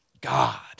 God